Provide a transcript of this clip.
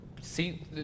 see